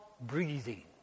breathing